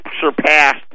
surpassed